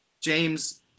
James